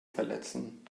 verletzen